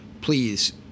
please